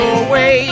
away